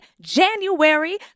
January